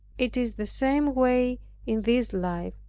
it is the same way in this life.